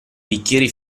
bicchieri